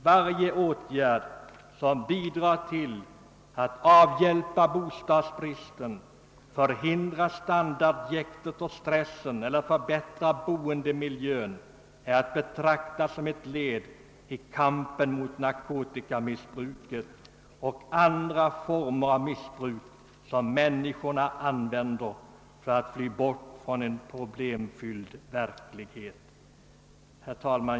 Varje åtgärd som bidrar till att avhjälpa bostadsbristen, förhindra standardjäktet och stressen eller förbättra boendemiljön är att betrakta som ett led i kampen mot missbruket av narkotika och andra medel, som människorna använder för att fly bort från en problemfylld verklighet. Herr talman!